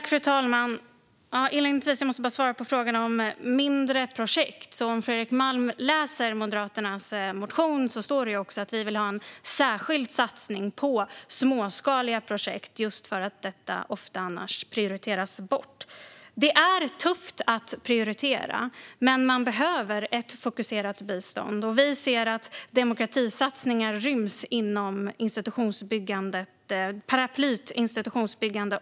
Fru talman! Vad gäller mindre projekt kan Fredrik Malm läsa i vår motion att vi vill ha en särskild satsning på småskaliga projekt just för att dessa annars ofta prioriteras bort. Det är tufft att prioritera, men man behöver ett fokuserat bistånd. Vi ser att demokratisatsningar också ryms under paraplyet institutionsbyggande.